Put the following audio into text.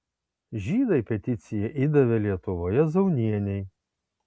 žydai peticiją įdavė lietuvoje zaunienei